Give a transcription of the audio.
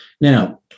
Now